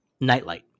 Nightlight